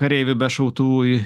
kareivių be šautuvų į